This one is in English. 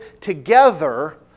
together